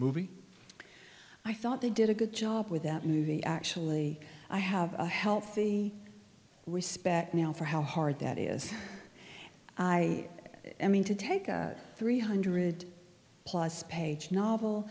movie i thought they did a good job with that movie actually i have a healthy respect now for how hard that is i mean to take a three hundred plus page novel